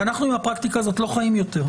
אנחנו עם הפרקטיקה הזאת לא חיים יותר.